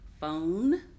Phone